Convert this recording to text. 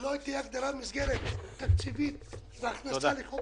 ולא תהיה הגדלת מסגרת תקציבית והכנסה לחוק